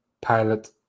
pilot